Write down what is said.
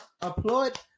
Applaud